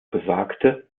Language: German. besagte